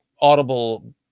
audible